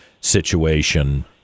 situation